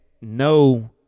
no